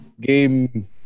game